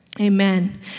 Amen